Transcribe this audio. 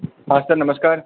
हाँ सर नमस्कार